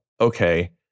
okay